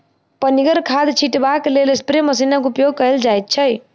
पनिगर खाद छीटबाक लेल स्प्रे मशीनक उपयोग कयल जाइत छै